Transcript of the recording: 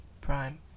Prime